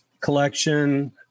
collection